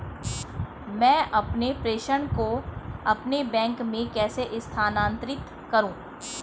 मैं अपने प्रेषण को अपने बैंक में कैसे स्थानांतरित करूँ?